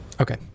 Okay